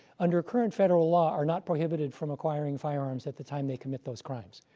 under current federal law, are not prohibited from acquiring firearms at the time they commit those crimes.